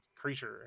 creature